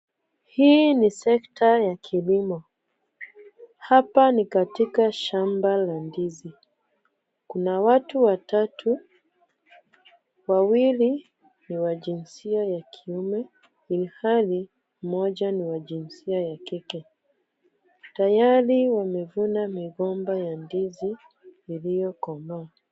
Hii ni sekta ya kilimo. Hapa ni katika shamba la ndizi. Kuna watu watatu, wawili ni wa jinsia ya kiume ilhali mmoja ni wa jinsia ya kike. Tayari wamevuna migomba ya ndizi iliyokomaa.